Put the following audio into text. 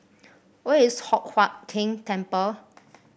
where is Hock Huat Keng Temple